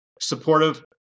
supportive